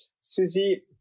Susie